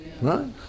right